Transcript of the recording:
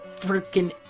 freaking